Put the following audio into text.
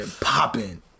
popping